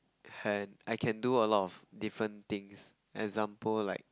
and I can do a lot of different things example like